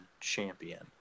champion